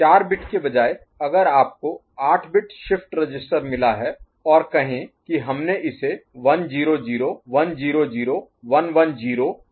चार बिट के बजाय अगर आपको आठ बिट शिफ्ट रजिस्टर मिला है और कहें कि हमने इसे 1 0 0 1 0 0 1 1 0 के साथ लोड किया है